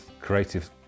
creative